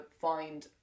find